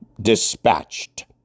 dispatched